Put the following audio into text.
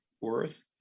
worth